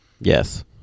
Yes